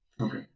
Okay